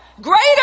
Greater